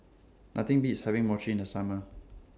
Nothing Beats having Mochi in The Summer